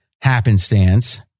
happenstance